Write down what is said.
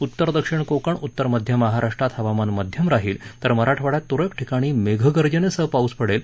उत्तर दक्षिण कोकण उत्तर मध्य महाराष्ट्रात हवामान मध्यम राहील तर मराठवाड्यात तुरळक ठिकाणी मेघगर्जनेसह पाऊस पडेल